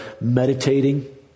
meditating